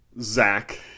Zach